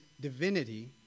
divinity